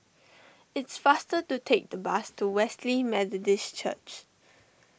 it's faster to take the bus to Wesley Methodist Church